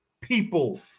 people